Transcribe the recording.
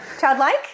Childlike